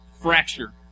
fracture